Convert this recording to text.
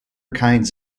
kinds